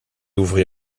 ouvrit